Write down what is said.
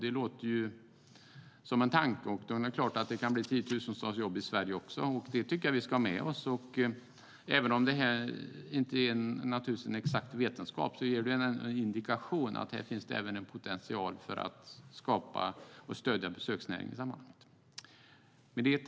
Det låter ju som en tanke, och det är klart att det kan bli tiotusentals jobb i Sverige också. Det tycker jag att vi ska ta med oss. Även om det här inte är en exakt vetenskap ger det en indikation om att det finns potential att skapa och stödja besöksnäringen i sammanhanget.